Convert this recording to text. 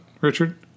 Richard